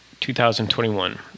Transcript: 2021